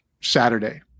Saturday